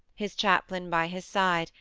his chaplain by his side,